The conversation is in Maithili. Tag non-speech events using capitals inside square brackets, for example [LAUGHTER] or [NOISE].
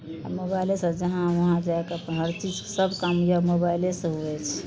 मोबाइलेसँ जहाँ उहाँ जा कऽ अपन हर चीज सभ काम [UNINTELLIGIBLE] मोबाइलेसँ हुअए छै